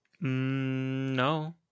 No